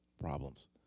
problems